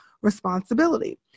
responsibility